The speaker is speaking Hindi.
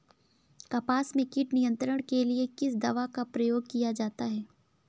कपास में कीट नियंत्रण के लिए किस दवा का प्रयोग किया जाता है?